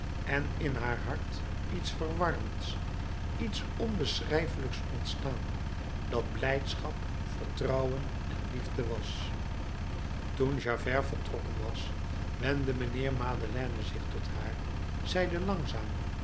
en in haar hart iets verwarmends iets onbeschrijfelijks ontstaan dat blijdschap vertrouwen en liefde was toen javert vertrokken was wendde mijnheer madeleine zich tot haar zeide langzaam